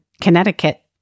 Connecticut